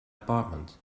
apartment